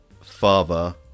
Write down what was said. father